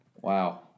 Wow